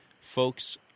folks